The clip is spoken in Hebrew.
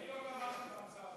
אני לא תמכתי בהצעה הזאת.